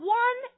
one